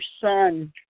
son